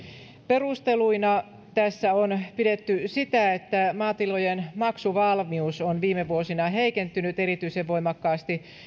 perusteluna tässä on pidetty sitä että maatilojen maksuvalmius on viime vuosina heikentynyt erityisen voimakkaasti